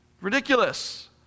Ridiculous